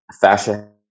fascia